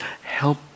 help